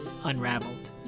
Unraveled